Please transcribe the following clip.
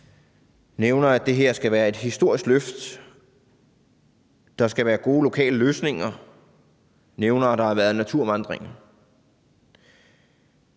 nævner, at det her skal være et historisk løft, at der skal være gode lokale løsninger, og hun nævner, at der har været naturvandringer.